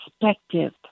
perspective